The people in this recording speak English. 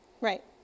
Right